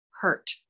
hurt